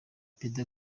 perezida